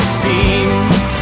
seems